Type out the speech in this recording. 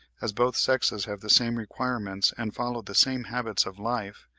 as both sexes have the same requirements and follow the same habits of life,